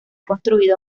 construido